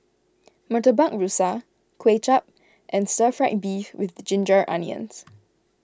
Murtabak Rusa Kuay Chap and Stir Fried Beef with Ginger Onions